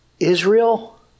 Israel